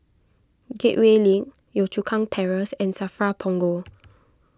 Gateway Link Yio Chu Kang Terrace and Safra Punggol